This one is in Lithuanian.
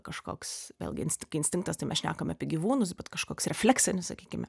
kažkoks vėlgi tik instinktas tai mes šnekam apie gyvūnus bet kažkoks refleksinis sakykime